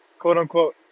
quote-unquote